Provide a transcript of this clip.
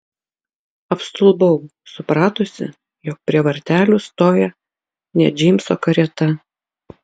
apstulbau supratusi jog prie vartelių stoja ne džeimso karieta